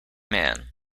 man